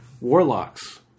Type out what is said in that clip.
Warlocks